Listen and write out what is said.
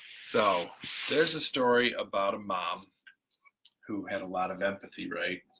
so there's a story about a mom who had a lot of empathy, right?